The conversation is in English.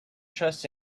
trust